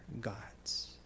God's